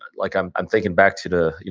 like, i'm i'm thinking back to the,